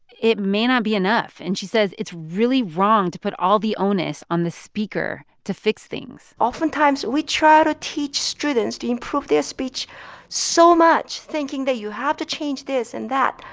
it may not be enough. and she says it's really wrong to put all the onus on the speaker to fix things oftentimes, we try to teach students to improve their speech so much thinking that you have to change this and that,